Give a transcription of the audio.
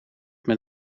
met